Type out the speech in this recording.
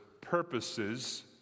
Purposes